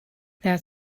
that